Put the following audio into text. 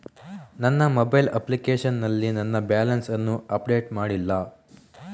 ನನ್ನ mobile application ನಲ್ಲಿ ನನ್ನ ಬ್ಯಾಲೆನ್ಸ್ ಅನ್ನು ಅಪ್ಡೇಟ್ ಮಾಡ್ಲಿಲ್ಲ